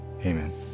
Amen